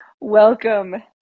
Welcome